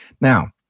Now